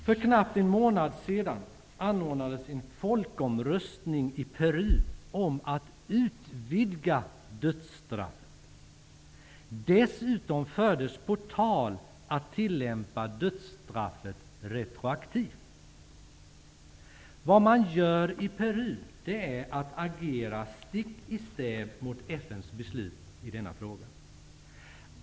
För knappt en månad sedan anordnades en folkomröstning i Peru om att utvidga dödsstraffet, och dessutom fördes på tal att tillämpa dödsstraffet retroaktivt. Vad man gör i Peru är att agera stick i stäv mot FN:s beslut i denna fråga.